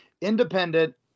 independent